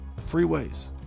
freeways